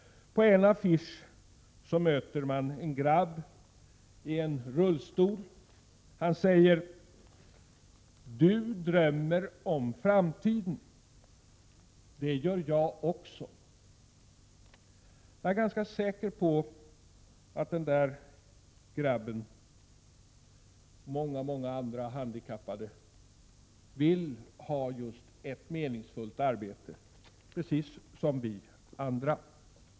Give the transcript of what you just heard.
På en affisch möter man en grabb i en rullstol. Han säger: ”Du drömmer om framtiden. Det gör jag också.” Jag är ganska säker på att den grabben, och många, många andra handikappade, vill ha ett meningsfullt arbete — precis som vi andra.